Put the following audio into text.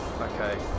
Okay